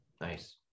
Nice